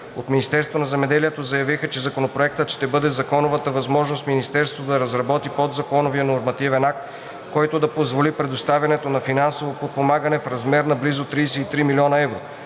От Министерството на земеделието заявиха, че Законопроектът ще даде законовата възможност Министерството да разработи подзаконовия нормативен акт, който да позволи предоставянето на финансово подпомагане в размер на близо 33 млн. евро.